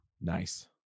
nice